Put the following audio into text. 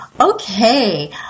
Okay